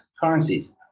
currencies